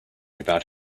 about